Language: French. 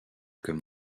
comme